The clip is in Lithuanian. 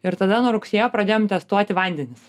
ir tada nuo rugsėjo pradėjom testuoti vandenis